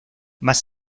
más